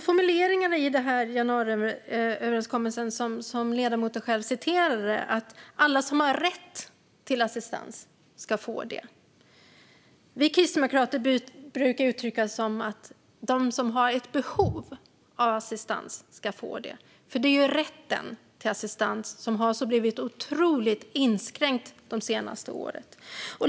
Formuleringen i januariöverenskommelsen, som ledamoten själv citerade, är att alla som har "rätt" till assistans ska få det. Vi kristdemokrater brukar uttrycka det som att de som har behov av assistans ska få det, för det är ju rätten till assistans som blivit så otroligt inskränkt de senaste åren.